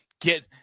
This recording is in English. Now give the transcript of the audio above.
Get